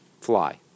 fly